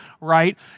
right